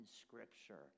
Scripture